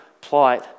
plight